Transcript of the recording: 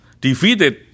defeated